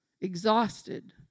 Exhausted